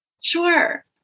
Sure